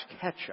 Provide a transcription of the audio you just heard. ketchup